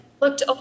looked